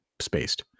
spaced